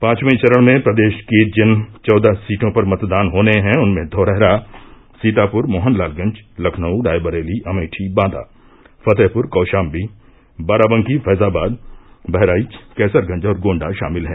पांचवें चरण में प्रदेष की जिन चौदह सीटों पर मतदान होने हैं उनमें धौरहरा सीतापुर मोहनलालगंज लखनऊ रायबरेली अमेठी बांदा फतेहपुर कौषाम्बी बाराबकी फैजाबाद बहराइच कैसरगंज और गोण्डा षामिल हैं